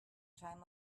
time